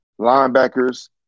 linebackers